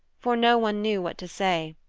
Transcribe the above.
for no one knew what to say.